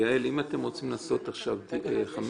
יעל, אם אתם רוצים לעשות עכשיו התייעצות.